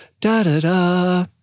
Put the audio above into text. da-da-da